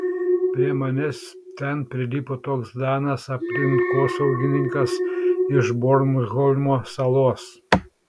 prie manęs ten prilipo toks danas aplinkosaugininkas iš bornholmo salos